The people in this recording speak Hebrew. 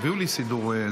(רישוי) (תיקון,